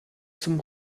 zum